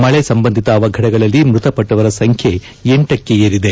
ಮಳೆ ಸಂಬಂಧಿತ ಅವಘಡಗಳಲ್ಲಿ ಮೃತಪಟ್ವವರ ಸಂಖ್ಯೆ ಲಕ್ಕೇರಿದೆ